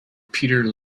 peter